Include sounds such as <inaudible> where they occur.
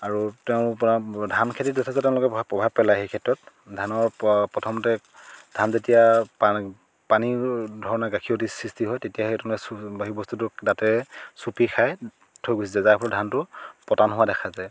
আৰু তেওঁৰ পৰা ধান খেতিত যথেষ্ট তেওঁলোকে প্ৰভাৱ প্ৰভাৱ পেলায় সেই ক্ষেত্ৰত ধানৰ প্ৰথমতে ধান যেতিয়া পানীৰ ধৰণে গাখীৰতিৰ সৃষ্টি হয় তেতিয়া সেই ধৰণে <unintelligible> বা সেই বস্তুটোক দাঁতেৰে চুপি খাই থৈ গুচি যায় যাৰ ফলত ধানটো পতান হোৱা দেখা যায়